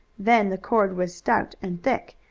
then the cord was stout and thick,